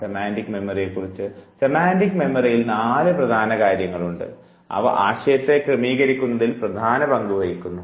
semantic ഓർമ്മയിൽ നാല് പ്രധാനപ്പെട്ട കാര്യങ്ങളുണ്ട് അവ ആശയത്തെ ക്രമീകരിക്കുന്നതിൽ പ്രധാന പങ്ക് വഹിക്കുന്നു